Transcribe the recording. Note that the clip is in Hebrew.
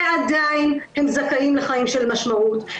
ועדיין הם זכאים לחיים של משמעות,